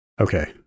Okay